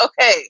Okay